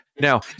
Now